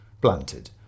blunted